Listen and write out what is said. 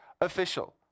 official